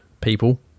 people